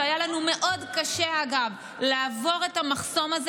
והיה לנו מאוד קשה לעבור את המחסום הזה